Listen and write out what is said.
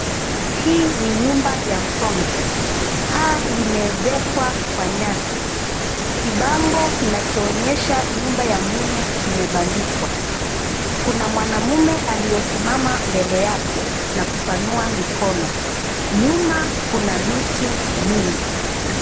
Hii ni nyumba ya msonge. Paa limeezekwa kwa nyasi. Kibango kinachoonyesha nyumba ya mume kimebandikwa. Kuna mwanamume aliyesimama mbele yake na kupanua mikono. Nyuma kuna miti mingi.